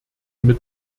mit